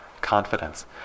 Confidence